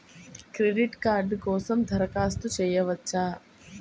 Credit card కోసం దరఖాస్తు చేయవచ్చా?